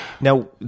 Now